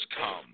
come